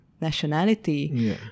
nationality